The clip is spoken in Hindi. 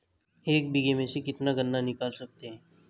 एक बीघे में से कितना गन्ना निकाल सकते हैं?